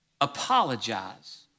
apologize